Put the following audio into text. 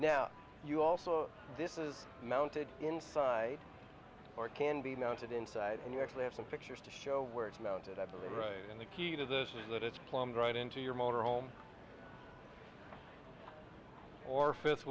now you also this is mounted inside or can be noted inside and you actually have some pictures to show where it's mounted i believe right on the key to this is that it's plumbed right into your motorhome or fifth